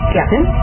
Captain